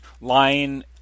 lying